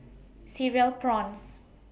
Cereal Prawns